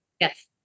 Yes